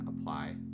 apply